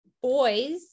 boys